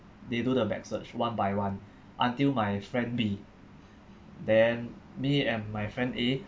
they do the bag search one by one until my friend B then me and my friend A